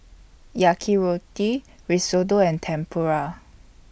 Risotto and Tempura